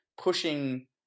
pushing